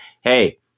hey